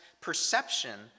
perception